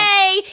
Yay